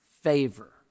favor